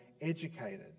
educated